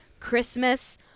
christmas